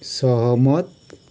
सहमत